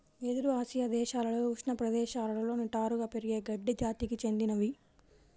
వెదురు ఆసియా దేశాలలో ఉష్ణ ప్రదేశాలలో నిటారుగా పెరిగే గడ్డి జాతికి చెందినది